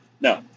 No